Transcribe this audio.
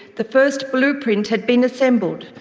the first blueprint had been assembled,